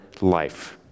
life